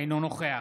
אינו נוכח